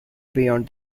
beyond